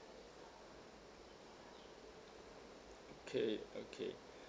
okay okay